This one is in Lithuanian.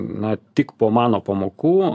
na tik po mano pamokų